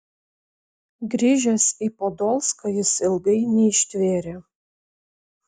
grįžęs į podolską jis ilgai neištvėrė